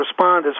responders